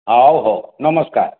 ହଉ ହଉ ନମସ୍କାର୍